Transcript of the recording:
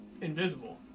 Invisible